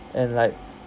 and like